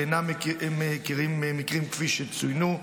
ואינם מכירים מקרים כפי שצוינו.